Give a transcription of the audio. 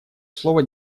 слово